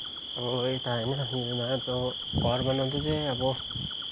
अब यता होइन घर बनाउँदा चाहिँ अब